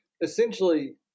essentially